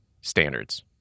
standards